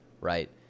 right